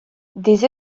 des